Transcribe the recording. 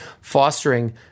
fostering